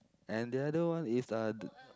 and the other one is uh d~